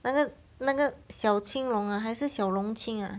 那个那个小青龙 ah 还是小龙青 ah